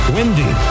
Windy